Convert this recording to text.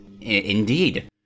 Indeed